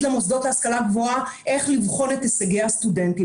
למוסדות להשכלה גבוהה איך לבחון את הישגי הסטודנטים.